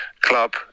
club